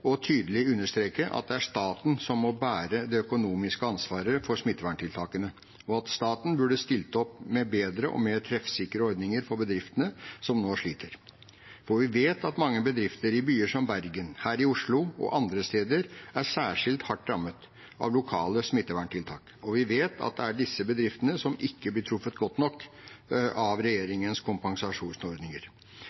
tydelig å understreke at det er staten som må bære det økonomiske ansvaret for smitteverntiltakene, og at staten burde stilt opp med bedre og mer treffsikre ordninger for bedriftene som nå sliter. Vi vet at mange bedrifter i byer som Bergen, Oslo og også andre steder er særskilt hardt rammet av lokale smitteverntiltak, og vi vet at det er disse bedriftene som ikke blir truffet godt nok av